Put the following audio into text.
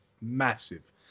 massive